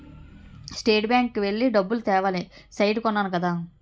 state Bank కి వెళ్లి డబ్బులు తేవాలి సైట్ కొన్నాను కదా